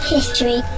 History